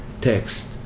text